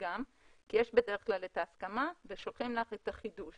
כי יש בדרך כלל את ההסכמה ושולחים לך את החידוש.